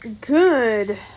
good